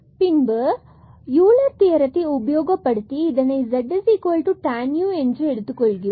பின்பு நாம் யூலர் தியரத்தை Euler's theorem உபயோகப்படுத்தி இதனை ztan u என்று எடுத்துக் கொள்கிறோம்